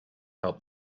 helped